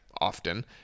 often